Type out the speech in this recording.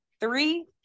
three